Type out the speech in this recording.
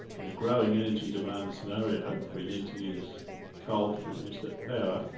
in a growing energy demand scenario if we need to use coal to produce that power,